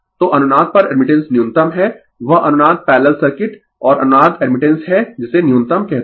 तो अनुनाद पर एडमिटेंस न्यूनतम है वह अनुनाद पैरलल सर्किट और अनुनाद एडमिटेंस है जिसे न्यूनतम कहते है